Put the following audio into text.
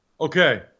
Okay